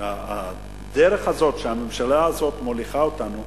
והדרך הזאת שהממשלה הזאת מוליכה אותנו,